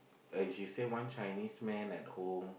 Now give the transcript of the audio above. and she say one Chinese man at home